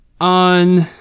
on